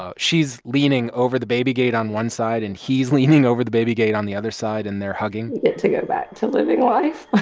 ah she's leaning over the baby gate on one side. and he's leaning over the baby gate on the other side. and they're hugging we get to go back to living life